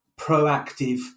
proactive